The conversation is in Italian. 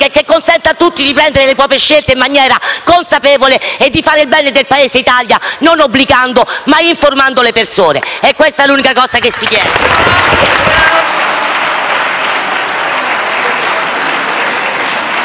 e consenta a tutti di prendere le proprie scelte in maniera consapevole e di fare il bene del Paese Italia non obbligando, ma informando le persone. È questo quanto si chiede.